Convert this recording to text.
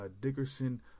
dickerson